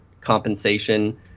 compensation